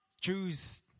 Jews